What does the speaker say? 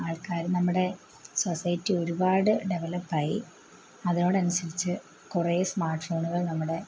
ആൾക്കാർ നമ്മുടെ സൊസൈറ്റി ഒരുപാട് ഡെവലപ്പായി അതോടനുസരിച്ച് കുറെ സ്മാർട്ട് ഫോണുകൾ നമ്മുടെ